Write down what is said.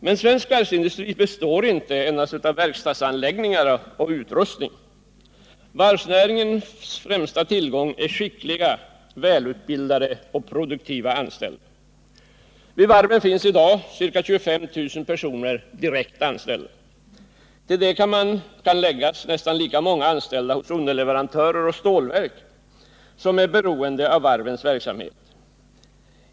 Men svensk varvsindustri består inte endast av verkstadsanläggningar och utrustning. Varvsnäringens främsta tillgång är skickliga, välutbildade och produktiva anställda. Vid varven finns i dag ca 25 000 personer direkt anställda. Till detta kan läggas nästan lika många anställda hos underleverantörer och vid stålverk, som är beroende av varvens verksamhet.